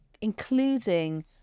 including